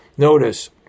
Notice